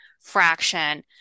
fraction